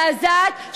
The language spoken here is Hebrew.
מזעזעת,